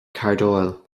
cardáil